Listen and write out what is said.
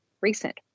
recent